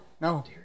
no